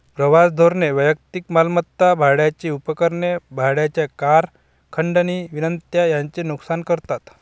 प्रवास धोरणे वैयक्तिक मालमत्ता, भाड्याची उपकरणे, भाड्याच्या कार, खंडणी विनंत्या यांचे नुकसान करतात